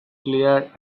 clear